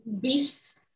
beast